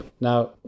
Now